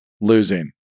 Losing